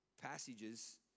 Passages